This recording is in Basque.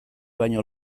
baino